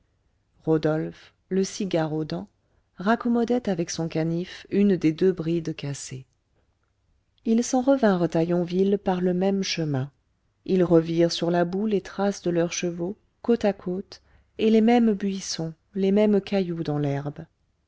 rodolphe le cigare aux dents raccommodait avec son canif une des deux brides cassée ils s'en revinrent à yonville par le même chemin ils revirent sur la boue les traces de leurs chevaux côte à côte et les mêmes buissons les mêmes cailloux dans l'herbe